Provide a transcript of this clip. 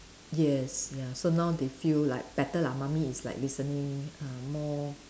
yes ya so now they feel like better lah mummy is like listening uh more